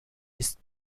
ist